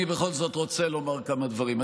אני בכל זאת רוצה לומר כמה דברים.